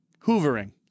Hoovering